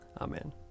Amen